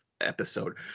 episode